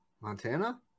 Montana